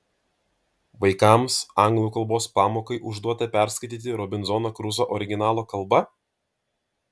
vaikams anglų kalbos pamokai užduota perskaityti robinzoną kruzą originalo kalba